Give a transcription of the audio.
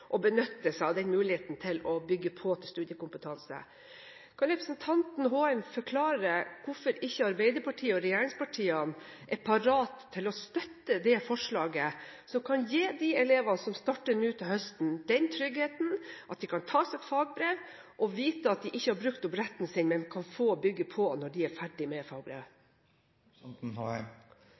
å benytte seg av muligheten til å bygge på til studiekompetanse. Kan representanten Håheim forklare hvorfor ikke Arbeiderpartiet og regjeringspartiene er parat til å støtte det forslaget, som kan gi de elevene som starter nå til høsten, den tryggheten at de kan ta sitt fagbrev og vite at de ikke har brukt opp retten sin, men kan bygge på når de er ferdige med